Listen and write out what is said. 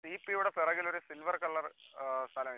C P യുടെ പുറകിലൊരു silver colour സ്ഥലം ഇല്ലേ